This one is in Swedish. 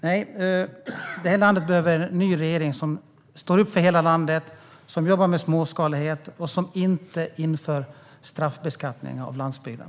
Nej, det här landet behöver en ny regering som står upp för hela landet, som jobbar med småskalighet och som inte inför straffbeskattning av landsbygden.